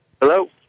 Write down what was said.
Hello